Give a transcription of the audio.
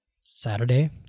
Saturday